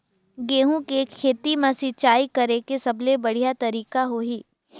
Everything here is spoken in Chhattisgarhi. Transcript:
गंहू के खेती मां सिंचाई करेके सबले बढ़िया तरीका होही?